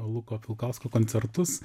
luko pilkausko koncertus